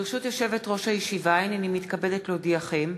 ברשות יושבת-ראש הישיבה, הנני מתכבדת להודיעכם,